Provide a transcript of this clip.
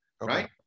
right